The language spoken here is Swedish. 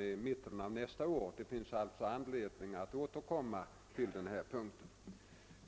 i mitten av nästa år. Det finns alltså anledning att återkomma till denna punkt.